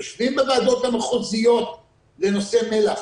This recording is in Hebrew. יושבים בוועדות המחוזיות לנושא מל"ח,